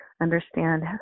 understand